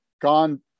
gone